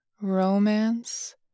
romance